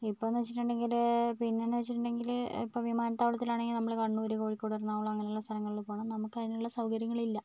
ഇപ്പംന്ന് വെച്ചിട്ടുണ്ടെങ്കിൽ പിന്നേന്ന് വെച്ചിട്ടുണ്ടെങ്കിൽ ഇപ്പോൾ വിമാനത്താവളത്തിൽ ആണെങ്കിൽ നമ്മൾ കണ്ണൂർ കോഴിക്കോട് എറണാകുളം അങ്ങനെയുള്ള സ്ഥലങ്ങളിൽ പോകണം നമുക്ക് അതിനുള്ള സൗകര്യങ്ങൾ ഇല്ല